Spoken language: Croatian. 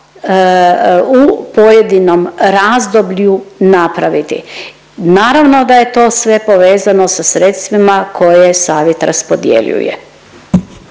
u pojedinom razdoblju napraviti. Naravno da je to sve povezano sa sredstvima koje savjet raspodjeljuje.